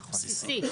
בסיסי.